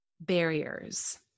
barriers